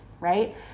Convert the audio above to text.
right